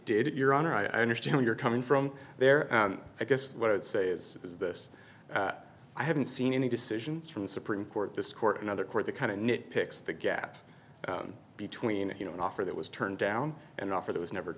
it your honor i understand where you're coming from there i guess what i would say is is this i haven't seen any decisions from the supreme court this court another court the kind of nit picks the gap between you know an offer that was turned down an offer that was never